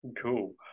Cool